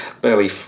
barely